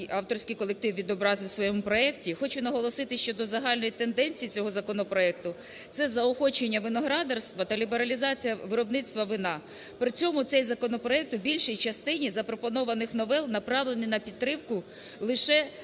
авторський колектив відобразив в своєму проекті. Хочу наголосити щодо загальної тенденції цього законопроекту. Це заохочення виноградарства та лібералізація виробництва вина. При цьому цей законопроект в більшій частині запропонованих новел направлений на підтримку лише